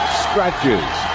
stretches